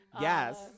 yes